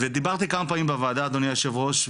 דיברתי כמה פעמים בוועדה אדוני היו"ר,